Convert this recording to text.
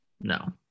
No